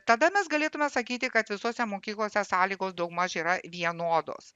tada mes galėtume sakyti kad visose mokyklose sąlygos daugmaž yra vienodos